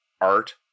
art